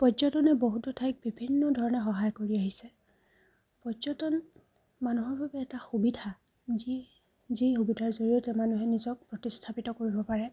পৰ্যটনে বহুতো ঠাইত বিভিন্ন ধৰণে সহায় কৰি আহিছে পৰ্যটন মানুহৰ বাবে এটা সুবিধা যি যি সুবিধাৰ জৰিয়তে মানুহে নিজক প্ৰতিস্থাপিত কৰিব পাৰে